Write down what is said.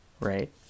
right